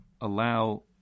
allow